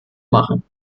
machen